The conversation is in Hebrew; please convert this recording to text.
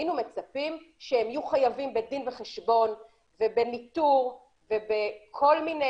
היינו מצפים שהם יהיו חייבים בדין וחשבון ובניטור ובכל מיני